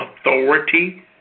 authority